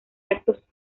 actos